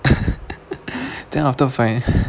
then after fine